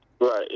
Right